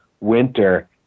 winter